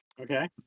Okay